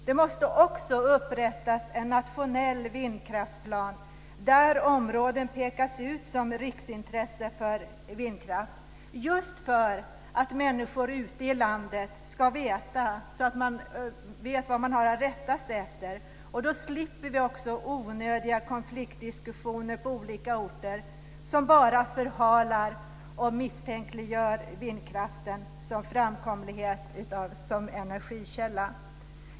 Det måste också upprättas en nationell vindkraftsplan där områden pekas ut som riksintresse för vindkraft just för att människor ute i landet ska veta vad de har att rätta sig efter. Och då slipper vi också onödiga konflikter och diskussioner på olika orter som bara förhalar och misstänkliggör vindkraften som framkomlig energikälla.